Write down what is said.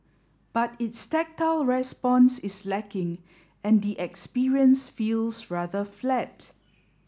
but its tactile response is lacking and the experience feels rather flat